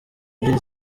ebyiri